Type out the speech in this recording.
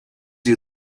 you